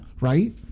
Right